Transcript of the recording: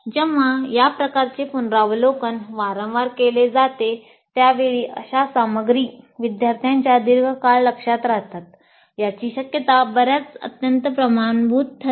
जेव्हा या प्रकारचे पुनरावलोकन वारंवार केले जाते त्यावेळी अशी सामग्री विद्यार्थ्यांच्या दीर्घ काळ लक्ष्यात राहील याची शक्यता बर्याचदा अत्यंत प्रमाणभूत ठरते